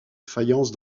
faïence